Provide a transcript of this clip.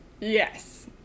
Yes